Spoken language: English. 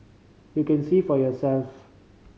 you can see for yourself